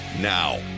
Now